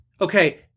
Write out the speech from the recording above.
Okay